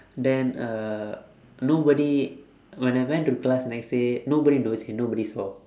then uh nobody when I went to class next day nobody knows and nobody saw